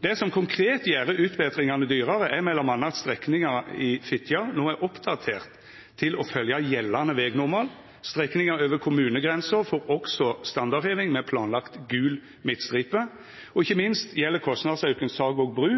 Det som konkret gjer utbetringane dyrare, er m.a. at strekninga i Fitjar no er oppdatert til å følgja gjeldande vegnormal. Strekninga over kommunegrensa får også standardheving, med planlagd gul midtstripe. Ikkje minst gjeld kostnadsauken Sagvåg bru,